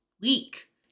week